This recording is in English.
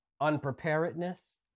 unpreparedness